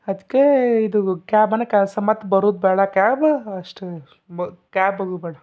ಅದ್ಕೇ ಇದು ಕ್ಯಾಬನ್ನು ಕ್ಯಾನ್ಸಲ್ ಮತ್ತು ಬರೂದು ಬೇಡ ಕ್ಯಾಬ ಅಷ್ಟೇ ಕ್ಯಾಬ್